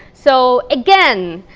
so again,